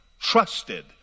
Trusted